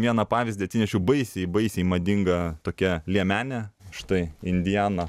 vieną pavyzdį atsinešiau baisiai baisiai madinga tokia liemenė štai indiana